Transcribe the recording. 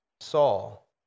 Saul